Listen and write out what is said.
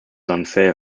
unfair